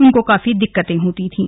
उनको काफी दिक्कतें होती थीं